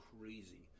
crazy